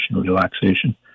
relaxation